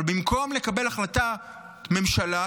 אבל במקום לקבל החלטת ממשלה,